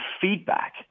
feedback